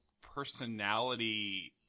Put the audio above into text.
personality